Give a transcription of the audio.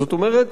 זאת אומרת,